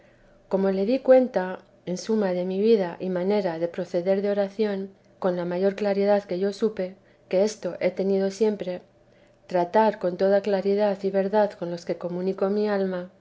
como le di cuenta en suma de mi vida y manera de proceder de oración con la mayor claridad que yo supe que esto he tenido siempre tratar con toda claridad y verdad con los que comunico mi alma